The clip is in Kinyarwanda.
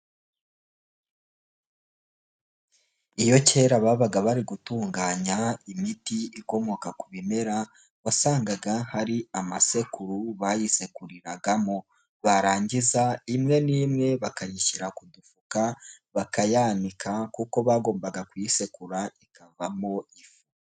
Iyo kera babaga bari gutunganya imiti ikomoka ku bimera, wasangaga hari amasekuru bayisekuriragamo. Barangiza imwe nimwe bakayishyira ku dufuka, bakayanika kuko bagombaga kuyisekura ikavamo ifu.